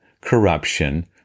corruption